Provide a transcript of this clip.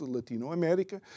Latinoamérica